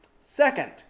Second